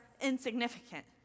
insignificant